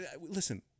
Listen